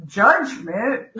judgment